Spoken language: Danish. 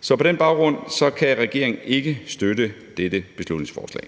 Så på den baggrund kan regeringen ikke støtte dette beslutningsforslag.